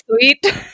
sweet